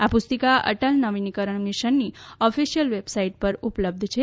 આ પુસ્તિકા અટલ નવીનીકરણ મિશનની ઓફિશીયલ વેબસાઈટ પર ઉપલબ્ધ છે